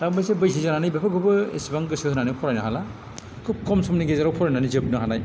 दा मोनसे बैसो जानानै बेफोरखौबो इसिबां गोसो होनानै फरायनो हाला खुब खम समनि गेजेराव फरायनानै जोबनो हानाय